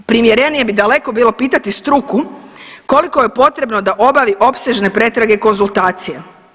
Primjerenije bi daleko bilo pitati struku koliko je potrebno da obavi opsežne pretrage i konzultacije.